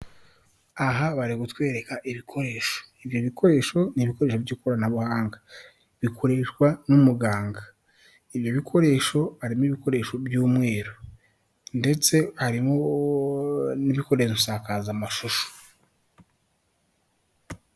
Aha bari kutwereka ibikoresho, ibyo bikoresho ni ibikoresho by'ikoranabuhanga, bikoreshwa n'umuganga, ibyo bikoresho harimo ibikoresho by'umweru ndetse harimo n'ibikoresho nsakazamashusho.